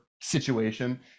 situation